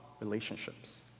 relationships